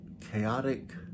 chaotic